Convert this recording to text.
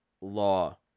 law